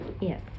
Yes